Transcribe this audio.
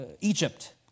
Egypt